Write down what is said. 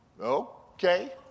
okay